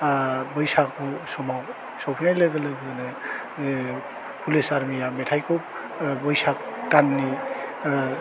आह बैसागु समाव सफैनाय लोगो लोगोनो ओह पुलिस आरमिया मेथाइखौ बैसाग दाननि ओह